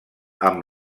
amb